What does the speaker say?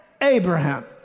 Abraham